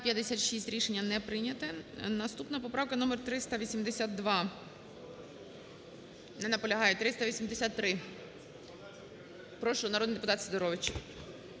народний депутат Сидорович.